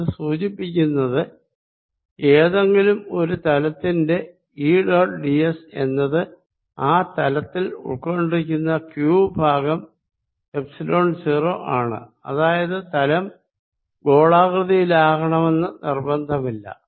ഇത് സൂചിപ്പിക്കുന്നത് ഏതെങ്കിലും ഒരു തലത്തിന്റെ ഈ ഡോട്ട് ഡിഎസ് എന്നത് ആ തലത്തിൽ ഉൾക്കൊണ്ടിരിക്കുന്ന ക്യൂ ഭാഗം എപ്സിലോൺ 0 ആണ് അതായത് തലം ഗോളാകൃതിയാകണമെന്ന് നിർബന്ധമില്ല